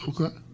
Okay